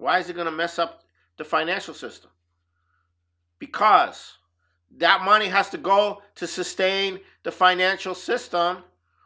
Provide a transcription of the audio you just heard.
why is it going to mess up the financial system because that money has to go to sustain the financial system